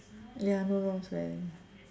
ya no